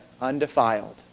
undefiled